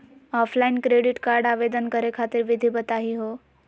Offline credit card आवेदन करे खातिर विधि बताही हो?